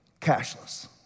cashless